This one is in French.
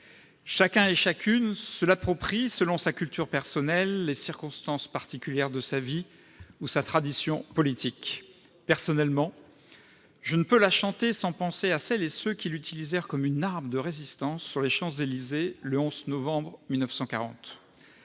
Chacun et chacune se l'approprie selon sa culture personnelle, les circonstances particulières de sa vie ou sa tradition politique. Personnellement, je ne peux la chanter sans penser à celles et ceux qui l'érigèrent en arme de résistance, sur les Champs-Élysées, le 11 novembre 1940.